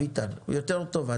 איתמר היא יותר טובה,